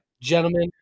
Gentlemen